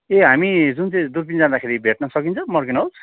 ए हामी जुन चाहिँ दुर्पिन जाँदाखेरि भेट्न सकिन्छ मर्गेन हाउस